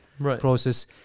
process